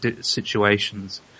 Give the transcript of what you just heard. situations